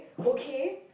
okay